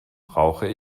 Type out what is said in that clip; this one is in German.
brauche